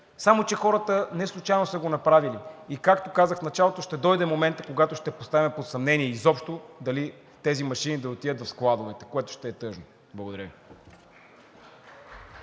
само че хората неслучайно са го направили и както казах в началото, ще дойде моментът, когато ще поставим под съмнение изобщо дали тези машини да отидат в складовете, което ще е тъжно. Благодаря Ви.